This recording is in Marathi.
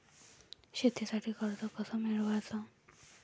शेतीसाठी कर्ज कस मिळवाच?